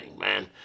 man